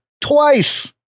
twice